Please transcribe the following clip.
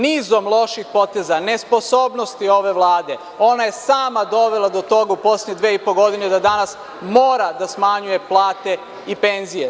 Nizom loših poteza, nesposobnosti ove Vlade, ona je sama dovela do toga u poslednjih dve i po godine da danas mora da smanjuje plate i penzije.